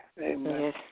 amen